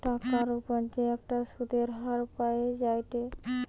টাকার উপর যে একটা সুধের হার পাওয়া যায়েটে